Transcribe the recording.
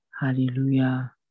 Hallelujah